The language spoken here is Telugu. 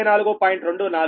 24 0